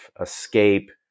escape